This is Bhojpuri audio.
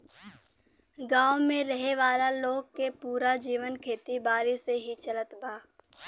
गांव में रहे वाला लोग के पूरा जीवन खेती बारी से ही चलत बा